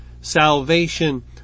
salvation